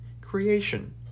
creation